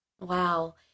Wow